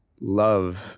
love